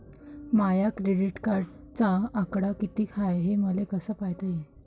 माया क्रेडिटचा आकडा कितीक हाय हे मले कस पायता येईन?